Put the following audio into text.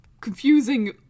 confusing